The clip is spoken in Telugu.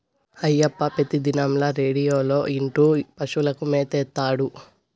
అయ్యప్ప పెతిదినంల రేడియోలో ఇంటూ పశువులకు మేత ఏత్తాడు